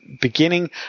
beginning